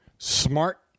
Smart